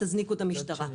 תזניקו את המשטרה.